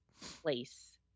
place